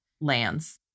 lands